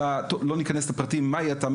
לא ניכנס לפרטים מה היא הייתה,